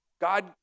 God